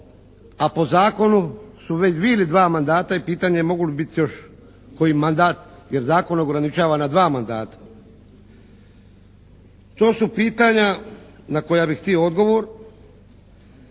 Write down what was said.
a po zakonu su već bili dva mandata i pitanje je mogu li biti još koji mandat, jer zakon ograničava na dva mandata. To su pitanja na koja bih htio odgovor.